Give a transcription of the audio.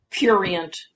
purient